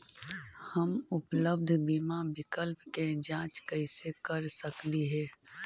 हम उपलब्ध बीमा विकल्प के जांच कैसे कर सकली हे?